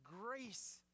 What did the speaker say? grace